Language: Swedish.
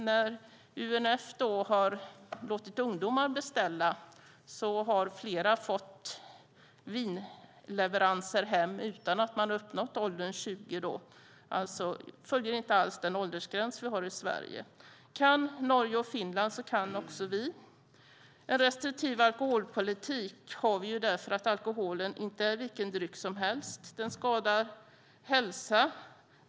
När UNF har låtit ungdomar beställa har flera fått vinleveranser hem utan att de har uppnått åldern 20 år. Man följer alltså inte alls den åldersgräns som vi har i Sverige. Kan Norge och Finland så kan också vi. En restriktiv alkoholpolitik har vi därför att alkoholen inte är vilken dryck som helst. Den skadar hälsa.